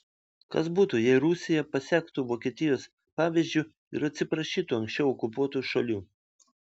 kas būtų jei rusija pasektų vokietijos pavyzdžiu ir atsiprašytų anksčiau okupuotų šalių